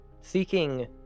seeking